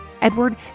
Edward